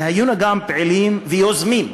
והיינו גם פעילים ויוזמים.